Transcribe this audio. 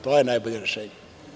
To je najbolje rešenje.